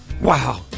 Wow